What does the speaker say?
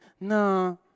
No